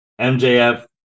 MJF